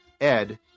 Ed